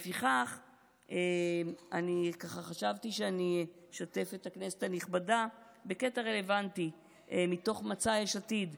לפיכך חשבתי שאני אשתף את הכנסת הנכבדה בקטע רלוונטי מתוך מצע יש עתיד,